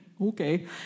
Okay